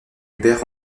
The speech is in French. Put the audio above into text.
hubert